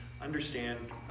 Understand